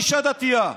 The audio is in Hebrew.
אישה דתייה.